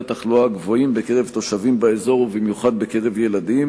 התחלואה הגבוהים בקרב תושבים באזור ובמיוחד בקרב ילדים,